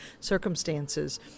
circumstances